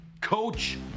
Coach